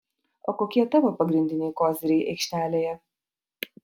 o kokie tavo pagrindiniai koziriai aikštelėje